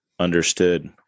understood